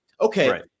Okay